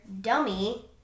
dummy